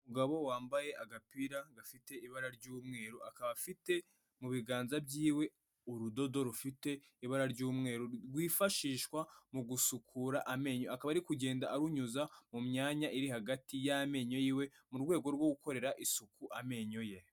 Umugabo wambaye agapira gafite ibara ry'umweru akaba afite mu biganza byiwe urudodo rufite ibara ry'umweru rwifashishwa mu gusukura amenyo akaba ari kugenda arunyuza mu myanya iri hagati y'amenyo yiwe mu rwego rwo gukorera isuku amenyo ye.